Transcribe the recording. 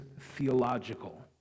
theological